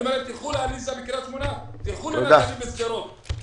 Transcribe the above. אני אומר להם שילכו לעליזה מקריית שמונה ותלכו לנטלי בשדרות כי